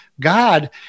god